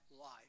life